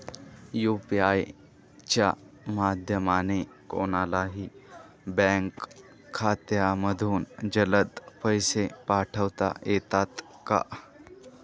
UPI च्या माध्यमाने कोणलाही बँक खात्यामधून जलद पैसे पाठवता येतात का?